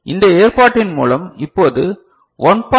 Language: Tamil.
இந்த ஏற்பாட்டின் மூலம் இப்போது இது 1